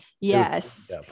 Yes